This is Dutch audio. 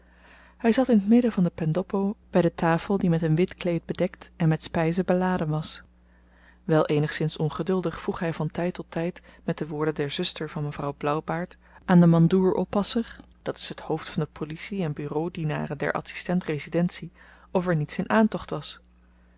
hy zat in t midden van de pendoppo by de tafel die met een wit kleed bedekt en met spyzen beladen was wel eenigszins ongeduldig vroeg hy van tyd tot tyd met de woorden der zuster van mevrouw blauwbaard aan den mandoor oppasser dat is het hoofd van de policie en bureaudienaren der adsistent residentie of er niets in aantocht was